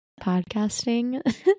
podcasting